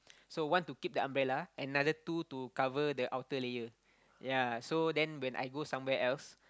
so one to keep the umbrella another two to cover the outer layer ya so then when I go somewhere else